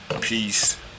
peace